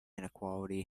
inequality